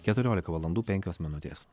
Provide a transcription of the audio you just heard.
keturiolika valandų penkios minutės